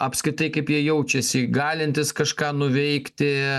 apskritai kaip jie jaučiasi galintys kažką nuveikti